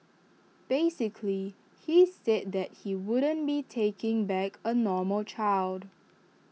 basically he said that he wouldn't be taking back A normal child